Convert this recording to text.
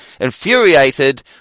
Infuriated